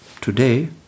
Today